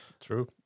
true